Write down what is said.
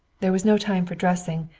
there was no time for dressing,